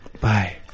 Bye